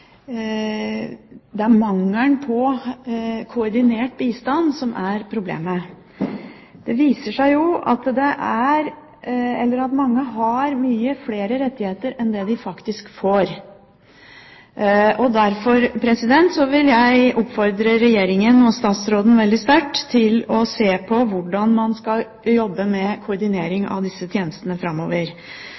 det er mangelen på koordinert bistand som er problemet. Det viser seg at mange har mange flere rettigheter enn det de faktisk får. Derfor vil jeg oppfordre Regjeringen og statsråden veldig sterkt til å se på hvordan man skal jobbe med koordinering av disse tjenestene framover,